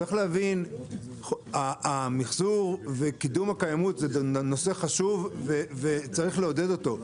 יש להבין המחזור וקידום הקיימות זה נושא חשוב ויש לקדמו,